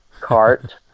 cart